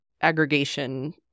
aggregation